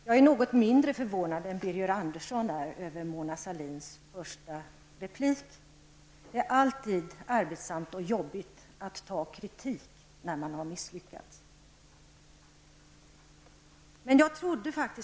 Fru talman! Jag är något mindre förvånad än Det är alltid arbetsamt att ta kritik när man har misslyckats.